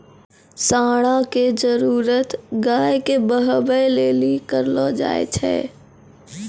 साँड़ा के जरुरत गाय के बहबै लेली करलो जाय छै